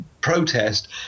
protest